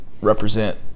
represent